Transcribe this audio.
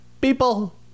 people